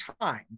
time